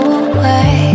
away